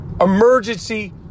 emergency